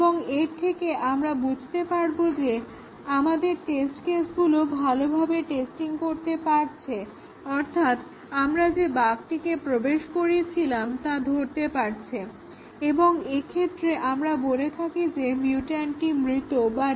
এর থেকে আমরা বুঝতে পারবো যে আমাদের টেস্ট কেসগুলো ভালোভাবে টেস্টিং করতে পারছে অর্থাৎ আমরা যে বাগটিকে প্রবেশ করিয়েছিলাম তা ধরতে পারছে এবং এক্ষেত্রে আমরা বলে থাকি যে মিউট্যান্টটি মৃত বা ডেড